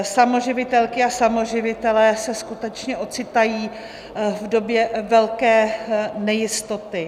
Samoživitelky a samoživitelé se skutečně ocitají v době velké nejistoty.